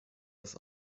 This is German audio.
das